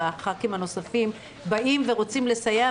וחברי הכנסת הנוספים באים ורוצים לסייע,